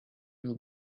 will